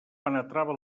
penetrava